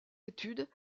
études